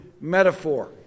metaphor